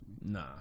nah